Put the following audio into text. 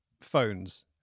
phones